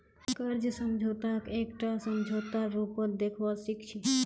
कर्ज समझौताक एकटा समझौतार रूपत देखवा सिख छी